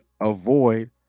avoid